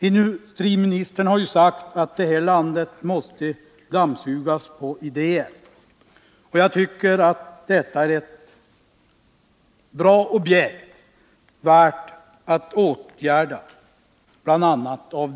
Industriministern har ju sagt att det här landet måste dammsugas på idéer. Jag tycker att detta är ett bra objekt bl.a. av de skäl som jag här anfört.